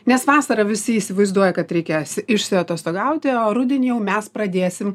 nes vasarą visi įsivaizduoja kad reikia si išsiatostogauti o rudenį jau mes pradėsim